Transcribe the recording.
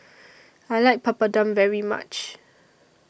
I like Papadum very much